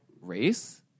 race